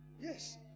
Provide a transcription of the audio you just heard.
Yes